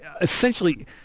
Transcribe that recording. essentially